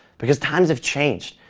because times have changed.